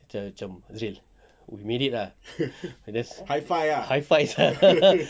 macam macam azil we made it ah we just high five sia